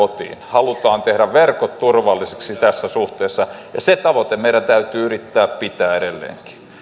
kotiin halutaan tehdä verkot turvallisiksi tässä suhteessa ja se tavoite meidän täytyy yrittää pitää edelleenkin